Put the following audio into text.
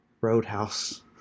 Roadhouse